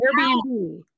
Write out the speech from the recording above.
Airbnb